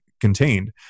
contained